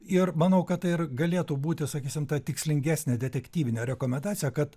ir manau kad tai ir galėtų būti sakysim ta tikslingesnė detektyvinė rekomendacija kad